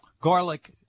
garlic